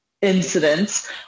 incidents